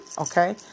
Okay